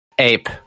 Ape